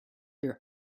your